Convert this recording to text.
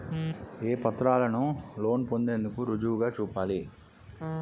ఏ పత్రాలను లోన్ పొందేందుకు రుజువుగా చూపాలి?